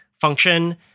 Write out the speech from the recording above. function